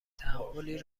تحولی